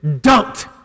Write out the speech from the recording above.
dumped